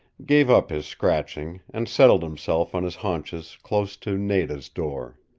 gave up his scratching and settled himself on his haunches close to nada's door.